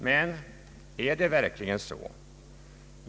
Men är det verkligen så?